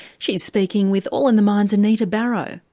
she's speaking with all in the mind's anita barraud.